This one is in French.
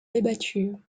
débattue